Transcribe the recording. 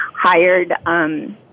hired